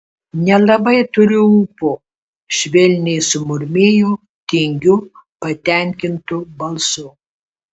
nelabai turiu ūpo švelniai sumurmėjo tingiu patenkintu balsu